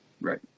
Right